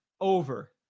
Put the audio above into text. over